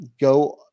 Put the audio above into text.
go